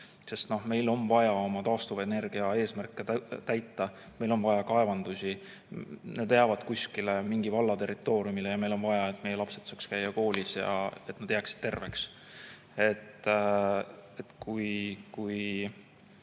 sest meil on vaja oma taastuvenergia eesmärke täita, meil on vaja kaevandusi – need jäävad kuskile mingi valla territooriumile – ja meil on vaja, et meie lapsed saaksid käia koolis ja et nad jääksid terveks.